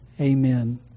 amen